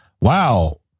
wow